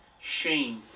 shame